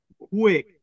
quick